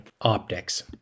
optics